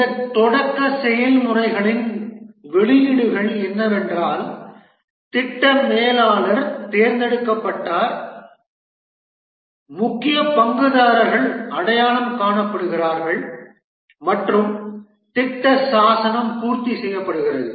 இந்த தொடக்க செயல்முறைகளின் வெளியீடுகள் என்னவென்றால் திட்ட மேலாளர் தேர்ந்தெடுக்கப்பட்டார் முக்கிய பங்குதாரர்கள் அடையாளம் காணப்படுகிறார்கள் மற்றும் திட்ட சாசனம் பூர்த்தி செய்யப்படுகிறது